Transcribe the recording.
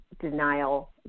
denial